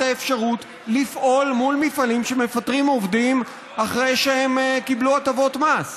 אפשרות לפעול מול מפעלים שמפטרים עובדים אחרי שהם קיבלו הטבות מס.